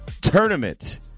tournament